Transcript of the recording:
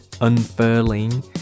unfurling